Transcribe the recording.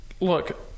look